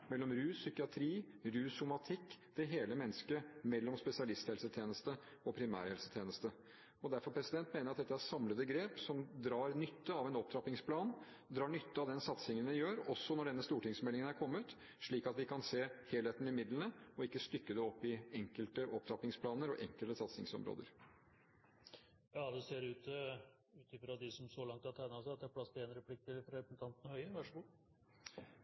mellom rus–psykiatri, rus–somatikk – det hele mennesket mellom spesialisthelsetjeneste og primærhelsetjeneste. Derfor mener jeg at dette er samlende grep som drar nytte av en opptrappingsplan, drar nytte av den satsingen vi gjør, også når denne stortingsmeldingen er kommet, slik at vi kan se helheten i midlene og ikke stykker det opp i enkelte opptrappingsplaner og enkelte satsingsområder. Jeg vil bare opplyse om at en samlet opposisjon stemte imot forslaget om å fjerne øremerking av 300 mill. kr til de rusavhengige. Et samlet fagfelt – rusfelt – advarte Stortinget mot det samme i høringen, både til